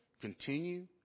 Continue